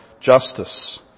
justice